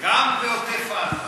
גם בעוטף עזה.